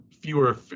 fewer